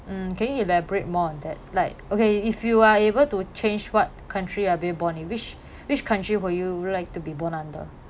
um can you elaborate more on that like okay if you are able to change what country you are be born in which which country would you like to be born under